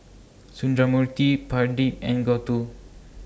Sundramoorthy Pradip and Gouthu